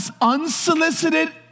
unsolicited